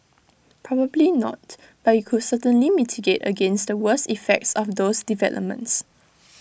probably not but IT could certainly mitigate against the worst effects of those developments